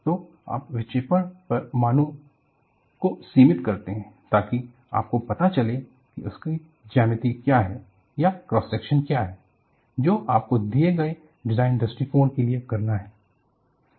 तो आप विक्षेपण पर मानो को सीमित करते हैं ताकि आपको पता चले कि इसका ज्यामिति क्या है या क्रॉस सेक्शन क्या है जो आपको दिए गए डिज़ाइन दृष्टिकोण के लिए करना है